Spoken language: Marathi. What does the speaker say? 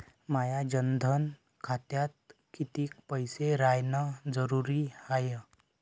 माया जनधन खात्यात कितीक पैसे रायन जरुरी हाय?